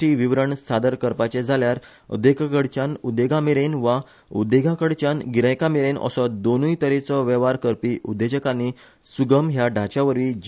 टी विवरण सादर करपाचे जाल्यार उद्देगांकडच्यान उद्देगामेरेन वा उद्देगाकडच्यान गिरायकांमेरेन असो दोन्य तरेचो वेव्हार करपी उद्देजकानी सुगम ह्या ढाच्यावरवी जि